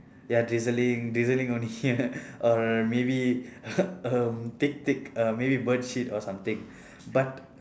ya drizzling drizzling only or maybe um thick thick uh maybe bird shit or something but